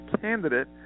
candidate